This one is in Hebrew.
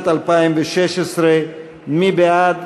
מי בעד?